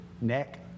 neck